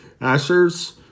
Asher's